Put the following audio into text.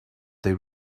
they